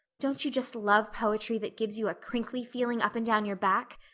don't you just love poetry that gives you a crinkly feeling up and down your back?